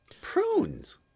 Prunes